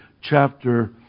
chapter